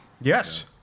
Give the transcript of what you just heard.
Yes